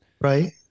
Right